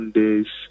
days